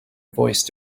voice